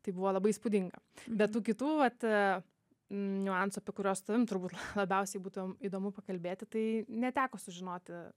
tai buvo labai įspūdinga bet tų kitų vat niuansų apie kuriuos su tavim turbūt labiausiai būtų įdomu pakalbėti tai neteko sužinoti